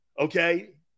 Okay